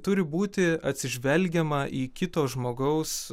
turi būti atsižvelgiama į kito žmogaus